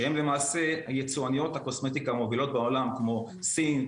שהן למעשה יצואניות הקוסמטיקה המובילות בעולם כמו סין,